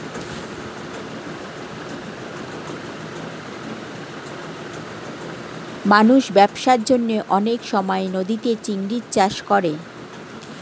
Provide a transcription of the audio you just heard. মানুষ ব্যবসার জন্যে অনেক সময় নদীতে চিংড়ির চাষ করে